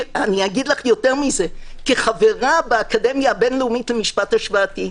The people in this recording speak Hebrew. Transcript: יותר מזה - כחברה באקדמיה הבין-לאומית למשפט השוואתי,